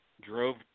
drove